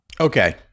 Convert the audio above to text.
Okay